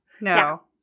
No